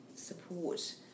support